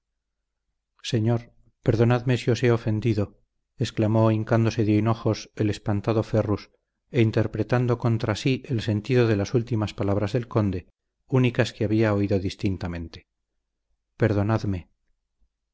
perdonadme si os he ofendido exclamó hincándose de hinojos el espantado ferrus e interpretando contra sí el sentido de las últimas palabras del conde únicas que había oído distintamente perdonadme